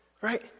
Right